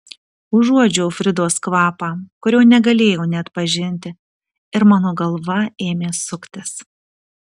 užuodžiau fridos kvapą kurio negalėjau neatpažinti ir mano galva ėmė suktis